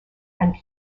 and